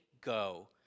go